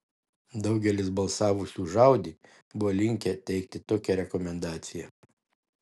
daugelis balsavusių už audi buvo linkę teikti tokią rekomendaciją